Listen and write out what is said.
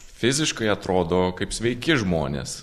fiziškai atrodo kaip sveiki žmonės